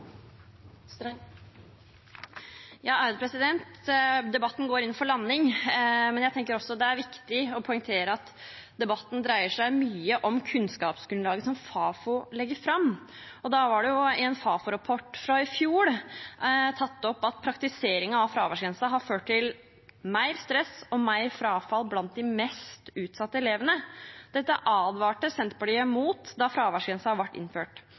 viktig å poengtere at debatten dreier seg mye om kunnskapsgrunnlaget som Fafo legger fram. I en Fafo-rapport fra i fjor er det tatt opp at praktiseringen av fraværsgrensen har ført til mer stress og større frafall blant de mest utsatte elevene. Dette advarte Senterpartiet mot da fraværsgrensen ble innført.